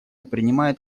принимает